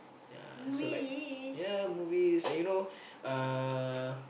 yeah so like yeah movies and you know uh